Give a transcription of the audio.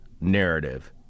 narrative